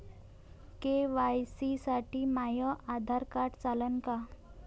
KYC साठी माह्य Aadhaar card चालन का?